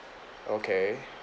okay